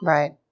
Right